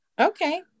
Okay